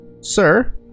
Sir